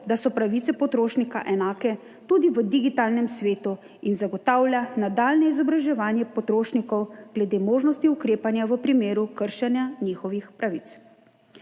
da so pravice potrošnika enake tudi v digitalnem svetu, in zagotavlja nadaljnje izobraževanje potrošnikov glede možnosti ukrepanja v primeru kršenja njihovih pravic.